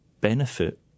benefit